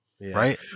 right